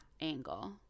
angle